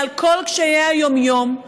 מעל כל קשיי היום-יום.